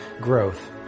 growth